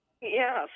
Yes